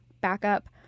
backup